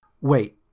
Wait